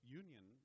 union